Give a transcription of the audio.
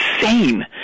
insane